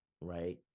Right